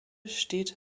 steht